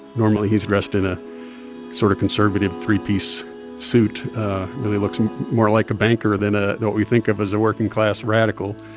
normally, he's dressed in a sort of conservative three-piece suit really looks more like a banker than ah what we think of as a working-class radical.